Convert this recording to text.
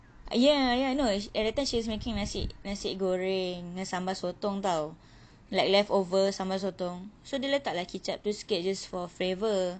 ya ya no a~ at that time she's making nasi goreng sambal sotong tau like leftover sambal sotong so dia letak lah kicap tu sikit just for flavour